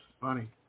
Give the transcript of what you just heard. funny